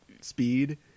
speed